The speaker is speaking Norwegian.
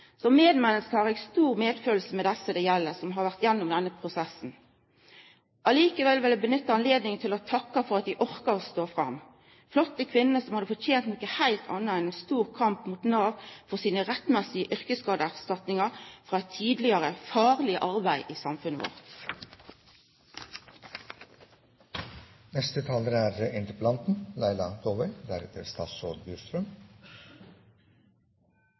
Som medmenneske har eg stor medkjensle med desse det gjeld, dei som har vore gjennom denne prosessen. Likevel vil eg nytta høvet til å takka for at dei orka å stå fram. Det er flotte kvinner som hadde fortent noko heilt anna enn ein stor kamp mot Nav for sine rettmessige yrkesskadeerstatningar etter eit tidlegare farleg arbeid i samfunnet vårt. Jeg er